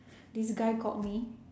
this guy called me